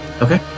okay